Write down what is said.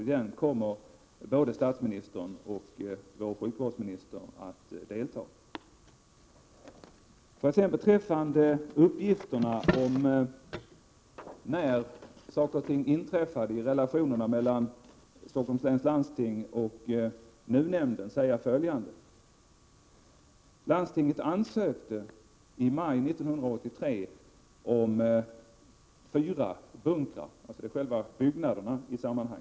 I den kommer både statsministern och sjukvårdsministern att delta. Beträffande uppgifterna om när saker och ting inträffade i relationerna mellan Stockholms läns landsting och NUU-nämnden vill jag säga följande. Landstinget ansökte i maj 1983 om fyra bunkrar, dvs. byggnaderna i detta sammanhang.